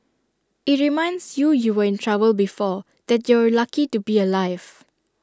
IT reminds you you were in trouble before that you're lucky to be alive